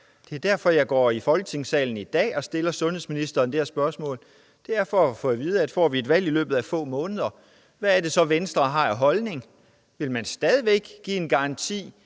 Det er derfor, jeg går i Folketingssalen i dag og stiller sundhedsministeren det her spørgsmål. Det er for at få at vide, hvad det så er for en holdning, Venstre har, hvis vi får et valg i løbet af få måneder. Vil man stadig væk give en garanti